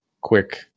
quick